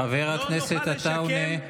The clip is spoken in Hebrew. חבר הכנסת עטאונה.